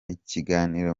ikiganiro